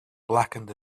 blackened